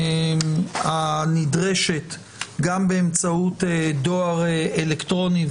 הנדרשת גם באמצעות דואר אלקטרוני,